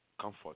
comfort